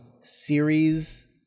Series